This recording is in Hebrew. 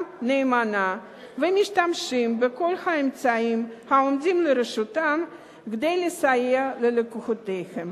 נאמנה ומשתמשים בכל האמצעים העומדים לרשותם כדי לסייע ללקוחותיהם.